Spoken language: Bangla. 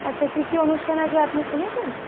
আচ্ছা কী কী অনুষ্ঠান আছে আপনি শুনেছেন